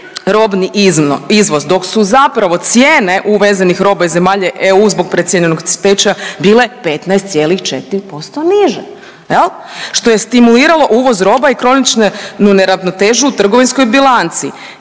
robni izvoz dok su zapravo cijene uvezenih roba iz zemalja EU zbog precijenjenog tečaja bile 15,4% niže jel, što je stimuliralo uvoz roba i kroničnu neravnotežu u trgovinskoj bilanci